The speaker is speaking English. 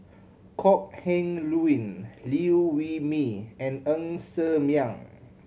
Kok Heng Leun Liew Wee Mee and Ng Ser Miang